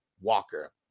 Walker